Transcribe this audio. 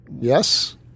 Yes